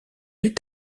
est